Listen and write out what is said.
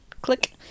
click